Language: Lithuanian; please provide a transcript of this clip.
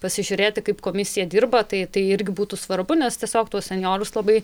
pasižiūrėti kaip komisija dirba tai tai irgi būtų svarbu nes tiesiog tuos senjorus labai